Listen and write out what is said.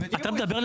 נכון, זה לא מחליף.